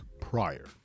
prior